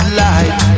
life